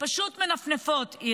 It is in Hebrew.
פשוט מנפנפות אותם.